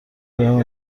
بهم